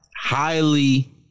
Highly